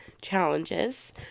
challenges